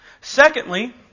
Secondly